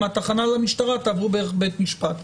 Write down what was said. מתחנת המשטרה תעברו דרך בית משפט.